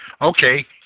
Okay